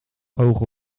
oog